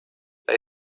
they